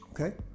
okay